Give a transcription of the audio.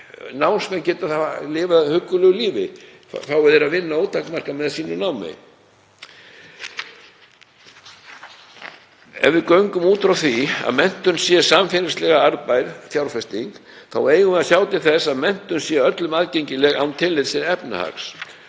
námsmenn geta þá lifað huggulegu lífi fái þeir að vinna ótakmarkað með námi. Ef við göngum út frá því að menntun sé samfélagslega arðbær fjárfesting þá eigum við að sjá til þess að menntun sé öllum aðgengileg án tillits til efnahags.